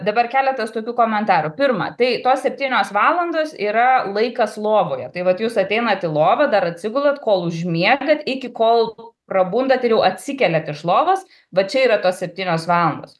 dabar keletas tokių komentarų pirma tai tos septynios valandos yra laikas lovoje tai vat jūs ateinat į lovą dar atsigulat kol užmiegat iki kol prabundat ir jau atsikeliat iš lovos va čia yra tos septynios valandos